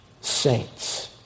saints